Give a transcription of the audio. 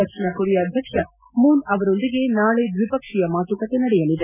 ದಕ್ಷಿಣ Korea ಅಧ್ಯಕ್ಷ Moon ಅವರೊಂದಿಗೆ ನಾಳಿ ದ್ವಿಪಕ್ಷೀಯ ಮಾತುಕತೆ ನಡೆಯಲಿದೆ